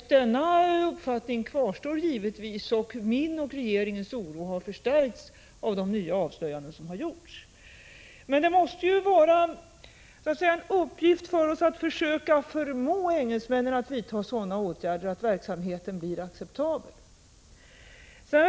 Denna uppfattning kvarstår givetvis, och min och regeringens oro har förstärkts av de nya avslöjanden som gjorts. Men det måste vara en uppgift för oss att försöka förmå engelsmännen att vidta sådana åtgärder att verksamheten blir acceptabel.